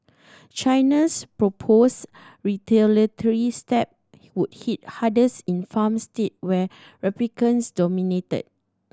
China's proposed retaliatory step would hit hardest in farm states where Republicans dominate